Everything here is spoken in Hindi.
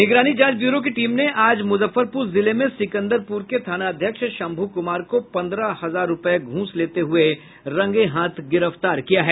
निगरानी जांच ब्यूरो की टीम ने आज मुजफ्फरपुर जिले में सिकंदपुर के थानाध्यक्ष शंभू कुमार को पंद्रह हजार रूपये घूस लेते हुए रंगे हाथ गिरफ्तार किया है